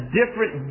different